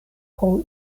pro